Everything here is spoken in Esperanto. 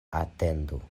atentu